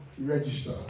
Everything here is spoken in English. register